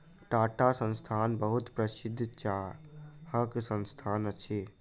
टाटा संस्थान बहुत प्रसिद्ध चाहक संस्थान अछि